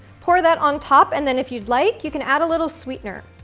pour that on top, and then if you'd like, you can add a little sweetener.